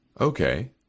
Okay